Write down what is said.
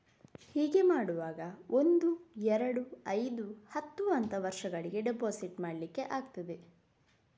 ಹೀಗೆ ಮಾಡುವಾಗ ಒಂದು, ಎರಡು, ಐದು, ಹತ್ತು ಅಂತ ವರ್ಷಗಳಿಗೆ ಡೆಪಾಸಿಟ್ ಮಾಡ್ಲಿಕ್ಕೆ ಆಗ್ತದೆ